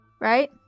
right